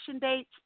dates